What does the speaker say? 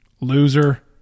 loser